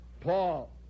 Paul